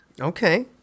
Okay